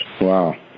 Wow